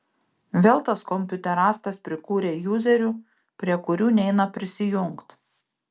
vėl tas kompiuterastas prikūrė juzerių prie kurių neina prisijungt